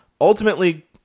ultimately